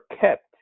kept